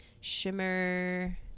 Shimmer